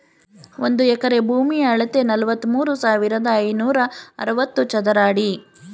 ಒಂದು ಎಕರೆ ಭೂಮಿಯ ಅಳತೆ ನಲವತ್ಮೂರು ಸಾವಿರದ ಐನೂರ ಅರವತ್ತು ಚದರ ಅಡಿ